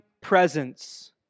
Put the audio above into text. presence